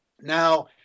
Now